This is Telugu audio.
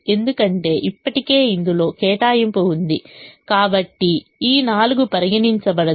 ఎందుకంటే ఇప్పటికే ఇందులో కేటాయింపు ఉంది కాబట్టి ఈ 4 పరిగణించబడదు